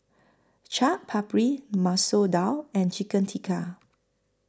Chaat Papri Masoor Dal and Chicken Tikka